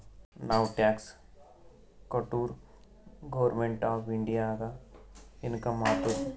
ನಾವ್ ಟ್ಯಾಕ್ಸ್ ಕಟುರ್ government of ಇಂಡಿಯಾಗ ಇನ್ಕಮ್ ಆತ್ತುದ್